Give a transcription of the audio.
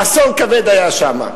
אסון כבד היה שמה.